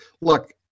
Look